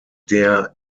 der